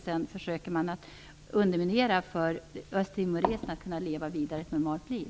Sedan försöker man underminera östtimoresernas möjlighet att kunna leva ett normalt liv.